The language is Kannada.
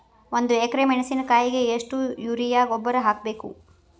ಒಂದು ಎಕ್ರೆ ಮೆಣಸಿನಕಾಯಿಗೆ ಎಷ್ಟು ಯೂರಿಯಾ ಗೊಬ್ಬರ ಹಾಕ್ಬೇಕು?